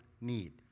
need